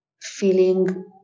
feeling